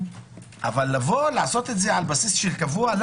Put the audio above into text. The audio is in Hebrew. אבל לעשות את זה על בסיס קבוע,